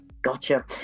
Gotcha